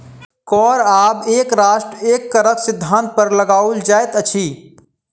कर आब एक राष्ट्र एक करक सिद्धान्त पर लगाओल जाइत अछि